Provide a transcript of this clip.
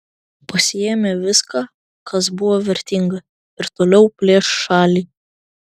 pasiėmė viską kas buvo vertinga ir toliau plėš šalį